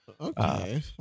Okay